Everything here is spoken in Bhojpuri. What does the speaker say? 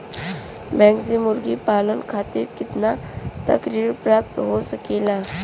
बैंक से मुर्गी पालन खातिर कितना तक ऋण प्राप्त हो सकेला?